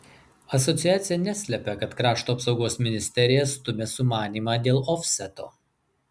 asociacija neslepia kad krašto apsaugos ministerija stumia sumanymą dėl ofseto